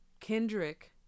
kendrick